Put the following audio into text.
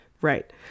Right